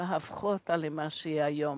והפכו אותה למה שהיא היום,